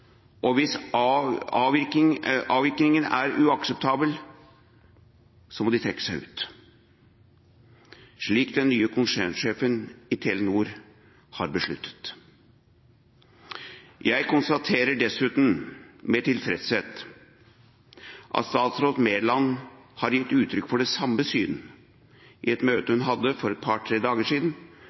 og hvis avvikene er uakseptable, må de trekke seg ut, slik som den nye konsernsjefen i Telenor har besluttet. Jeg konstaterer dessuten, med tilfredshet, at statsråd Mæland har gitt uttrykk for det samme synet i et møte hun hadde for et par dager siden